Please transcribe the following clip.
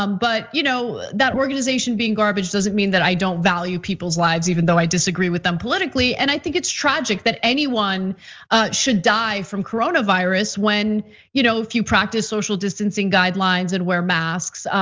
um but you know that organization being garbage doesn't mean that i don't value people's lives even though i disagree with them politically. and i think it's tragic that anyone should die from coronavirus when you know practice social distancing guidelines and wear masks.